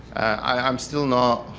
i am still not